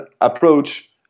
approach